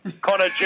Connor